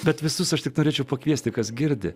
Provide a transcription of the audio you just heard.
bet visus aš tik norėčiau pakviesti kas girdi